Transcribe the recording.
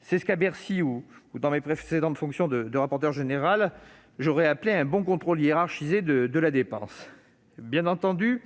C'est ce qu'à Bercy ou dans mes précédentes fonctions de rapporteur général j'aurais appelé un bon contrôle hiérarchisé de la dépense ! Bien entendu,